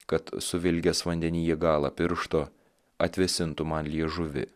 kad suvilgęs vandenyje galą piršto atvėsintų man liežuvį